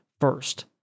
first